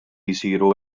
jsiru